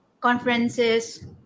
conferences